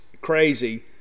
crazy